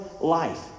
life